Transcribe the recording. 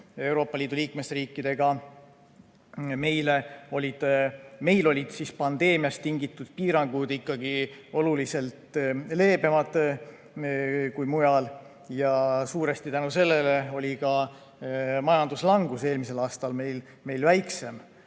Euroopa Liidu liikmesriikidega olid meil pandeemiast tingitud piirangud oluliselt leebemad kui mujal ja suuresti tänu sellele oli ka majanduslangus eelmisel aastal meil väiksem